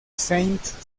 saint